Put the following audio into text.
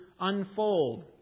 unfold